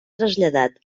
traslladat